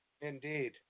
Indeed